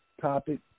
topic